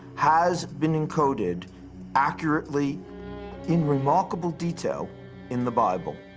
has been encoded accurately in remarkable detail in the bible.